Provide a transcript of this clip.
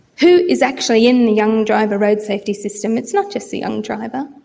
who is actually in the young driver road safety system? it's not just the young driver.